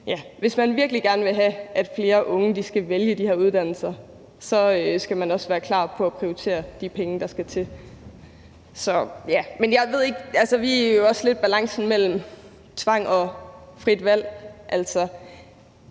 hvis man virkelig gerne vil have, at flere unge skal vælge de her uddannelser, så skal man også være klar på at prioritere de penge, der skal til. Vi har jo også balancen mellem tvang og frit valg.